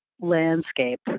landscape